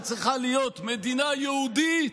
שצריכה להיות מדינה יהודית,